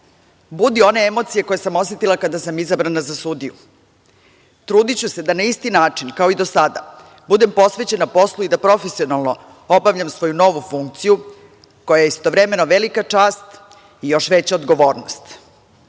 budi one emocije koje sam osetila kada sam izabrana za sudiju. Trudiću se da na isti način, kao i do sada, budem posvećena poslu i da profesionalno obavljam svoju novu funkciju, koja je istovremeno velika čast i još veća odgovornost.